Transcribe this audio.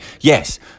Yes